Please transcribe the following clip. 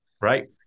Right